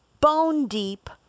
bone-deep